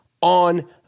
on